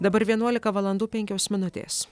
dabar vienuolika valandų penkios minutės